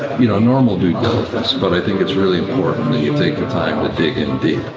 you know normal due diligence. but, i think it's really important that you take the time to dig in deep.